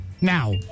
Now